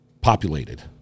populated